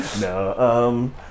No